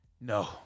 no